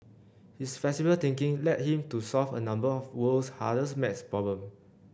his flexible thinking led him to solve a number of the world's hardest math problems